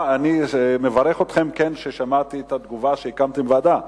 אני מברך אתכם, שמעתי את התגובה שהקמתם ועדה,